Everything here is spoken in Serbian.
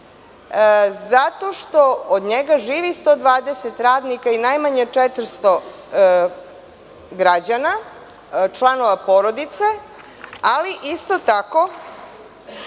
zato što od njega živi 120 radnika i najmanje 400 građana, članova porodice, ali isto tako